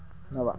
नव